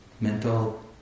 mental